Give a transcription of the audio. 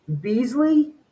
Beasley